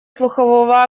слухового